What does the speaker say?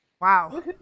Wow